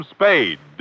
Spade